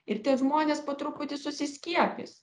ir tie žmonės po truputį susiskiepys